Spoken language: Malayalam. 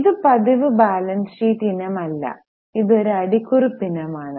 ഇത് പതിവ് ബാലൻസ് ഷീറ്റ് ഇനമല്ല ഇത് ഒരു അടിക്കുറിപ്പ് ഇനമാണ്